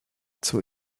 zur